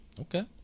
Okay